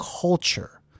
culture